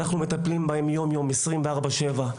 אנחנו מטפלים בהן יום יום, 24 שעות.